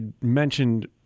mentioned